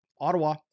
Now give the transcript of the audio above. Ottawa